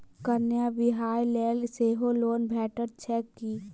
कन्याक बियाह लेल सेहो लोन भेटैत छैक की?